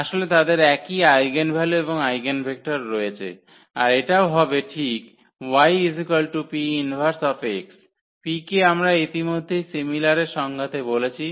আসলে তাদের একই আইগেনভ্যালু এবং আইগেনভেক্টর রয়েছে আর এটাও হবে ঠিক y𝑃−1x P কে আমরা ইতিমধ্যেই সিমিলার এর সংজ্ঞাতে বলেছি